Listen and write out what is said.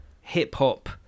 hip-hop